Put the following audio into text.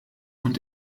und